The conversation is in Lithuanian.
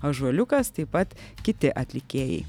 ąžuoliukas taip pat kiti atlikėjai